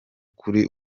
kuri